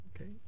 Okay